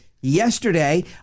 Yesterday